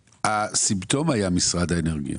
יודע, הסימפטום היה משרד האנרגיה.